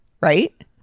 Right